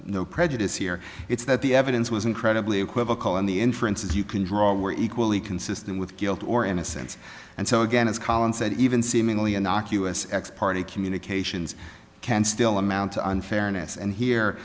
no prejudice here it's that the evidence was incredibly equivocal and the inferences you can draw were equally consistent with guilt or innocence and so again as collins said even seemingly innocuous ex parte communications can still amount to unfairness and here